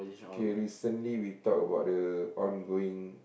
okay recently we talk about the ongoing